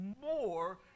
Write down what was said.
more